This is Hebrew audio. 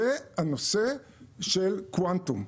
בנוסף, הנושא של קוונטום,